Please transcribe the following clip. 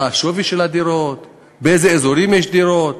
מה השווי של הדירות, באיזה אזורים יש דירות.